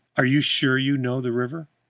are you sure you know the river?